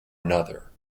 another